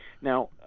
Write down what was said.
Now